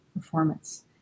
performance